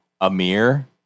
Amir